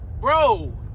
Bro